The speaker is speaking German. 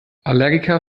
allergiker